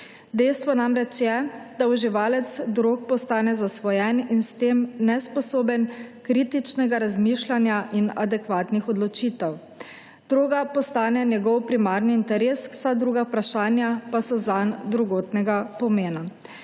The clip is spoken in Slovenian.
Dejstvo namreč je, da uživalec drog postane zasvojen in s tem nesposoben kritičnega razmišljanja in adekvatnih odločitev. Droga postane njegov primarni interes, vsa druga vprašanja pa so zanj drugotnega pomena.